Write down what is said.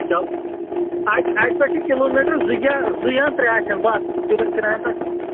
چلو اَتہِ اَتہِ پیٚٹھ چھِ کِلوٗ میٹر زٕ یا زٕ یا ترٛےٚ آسَن بَس سرٕ سِرہامہِ پیٚٹھٕ